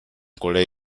colère